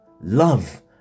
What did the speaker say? love